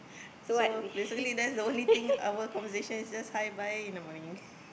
so basically that's the only thing our conversation is just hi bye in the morning